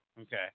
Okay